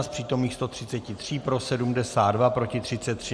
Z přítomných 133 pro 72, proti 33.